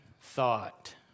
thought